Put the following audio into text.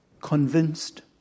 convinced